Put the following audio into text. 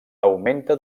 augmenta